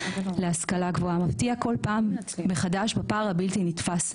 להשכלה גבוהה מפתיע כל פעם מחדש בפער הבלתי נתפס,